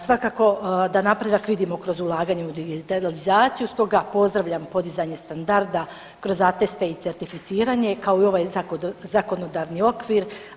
Svakako da napredak vidimo kroz ulaganje u digitalizaciju, stoga pozdravljam podizanje standarda kroz ateste i certificiranje kao i ovaj zakonodavni okvir.